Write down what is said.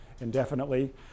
indefinitely